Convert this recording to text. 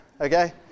Okay